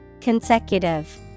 Consecutive